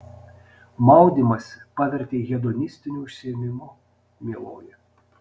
maudymąsi pavertei hedonistiniu užsiėmimu mieloji